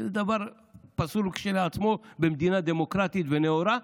שזה דבר פסול כשלעצמו במדינה דמוקרטית ונאורה,